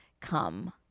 come